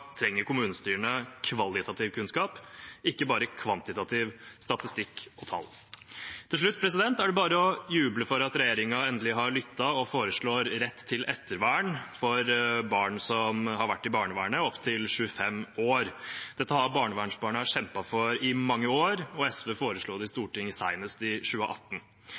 trenger kommunestyrene kvalitativ kunnskap, ikke bare kvantitativ statistikk og tall. Til slutt er det bare å juble for at regjeringen endelig har lyttet og foreslår rett til ettervern for barn som har vært i barnevernet, opp til 25 år. Dette har barnevernsbarna kjempet for i mange år, og SV foreslo det i Stortinget senest i 2018.